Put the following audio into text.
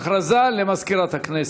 הודעה למזכירת הכנסת.